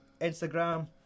Instagram